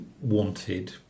wanted